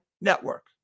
Network